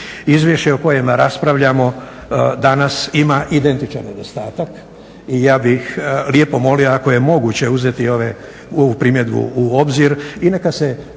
Izvješća o kojima raspravljamo danas ima identičan nedostatak. I ja bih lijepo molio ako je moguće uzeti ovu primjedbu u obzir. I neka se